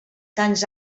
tants